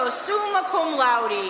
ah summa cum laude.